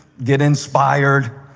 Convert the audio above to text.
get inspired,